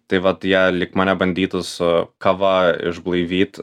tai vat ją lyg mane bandytų su kava išblaivyt